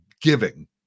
giving